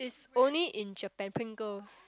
only in Japan Pringles